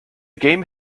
game